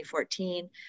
2014